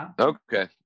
Okay